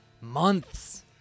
months